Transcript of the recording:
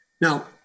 Now